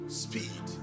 speed